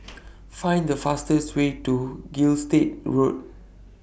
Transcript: Find The fastest Way to Gilstead Road